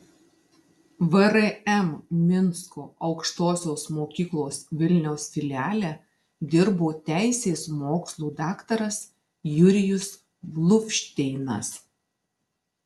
vrm minsko aukštosios mokyklos vilniaus filiale dirbo teisės mokslų daktaras jurijus bluvšteinas